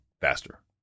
faster